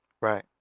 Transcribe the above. Right